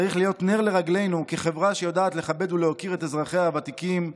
צריך להיות נר לרגלינו כחברה שיודעת לכבד ולהוקיר את אזרחיה הוותיקים,